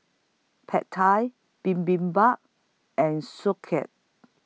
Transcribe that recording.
Pad Thai Bibimbap and